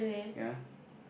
ya